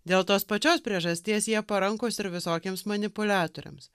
dėl tos pačios priežasties jie parankūs ir visokiems manipuliatoriams